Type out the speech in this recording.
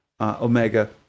Omega